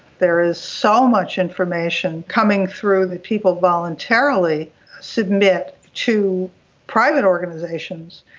there is so much information coming through that people voluntarily submit to private organisations.